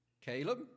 Caleb